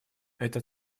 это